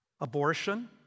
Abortion